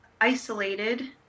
isolated